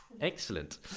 Excellent